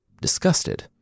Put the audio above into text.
Disgusted